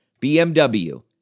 BMW